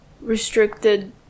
restricted